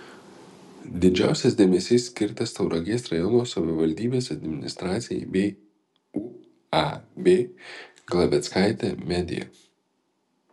didžiausias dėmesys skirtas tauragės rajono savivaldybės administracijai bei uab glaveckaitė media